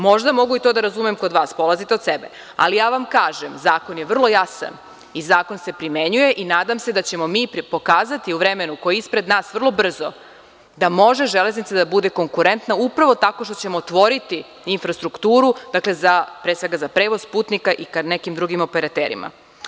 Možda mogu i to da razumem kod vas, polazite od sebe, ali kažem vam – zakon je vrlo jasan i zakon se primenjuje i nadam se da ćemo mi pokazati u vremenu koje je ispred nas vrlo brzo da može Železnica da bude konkurentna, upravo tako što ćemo otvoriti infrastrukturu za prevoz putnika i ka nekim drugim operaterima.